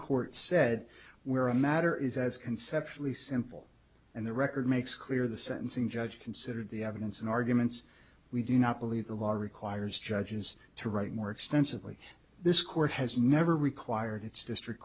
court said where a matter is as conceptually simple and the record makes clear the sentencing judge considered the evidence and arguments we do not believe the law requires judges to write more extensively this court has never required its district